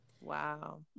Wow